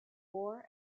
war